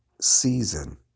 season